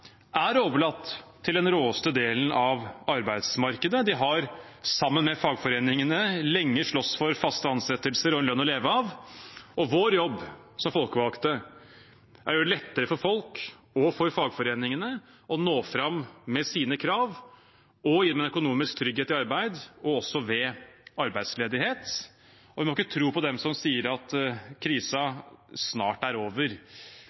delen av arbeidsmarkedet. De har, sammen med fagforeningene, lenge slåss for faste ansettelser og en lønn å leve av. Vår jobb som folkevalgte er å gjøre det lettere for folk og fagforeningene å nå fram med sine krav og gi dem en økonomisk trygghet i arbeid og ved arbeidsledighet. Vi må ikke tro på dem som sier at krisen snart er over.